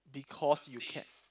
because you can